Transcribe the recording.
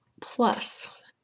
Plus